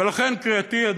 ולכן קריאתי היא,